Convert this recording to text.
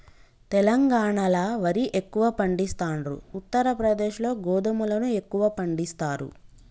తెలంగాణాల వరి ఎక్కువ పండిస్తాండ్రు, ఉత్తర ప్రదేశ్ లో గోధుమలను ఎక్కువ పండిస్తారు